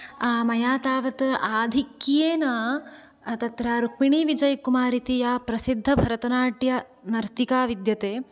मया तावत् आधिक्येन तत्र रुक्मिणिविजयकुमार् इति या प्रसिद्ध भरतनाट्यनर्तिका विद्यते